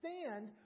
stand